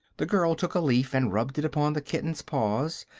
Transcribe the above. the girl took a leaf and rubbed it upon the kitten's paws,